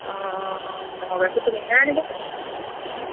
অঁ ম'হৰ গাখীৰ তুমিহে